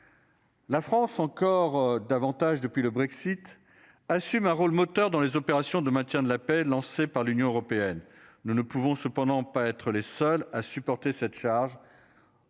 La France encore davantage depuis le Brexit. Assume un rôle moteur dans les opérations de maintien de la paix lancée par l'Union européenne. Nous ne pouvons cependant pas être les seuls à supporter cette charge.